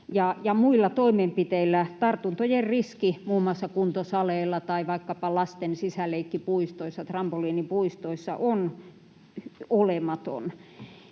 muilla toimenpiteillä, tartuntojen riski muun muassa kuntosaleilla tai vaikkapa lasten sisäleikkipuistoissa ja trampoliinipuistoissa on olematon.